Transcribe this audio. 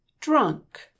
drunk